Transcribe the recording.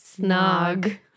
snog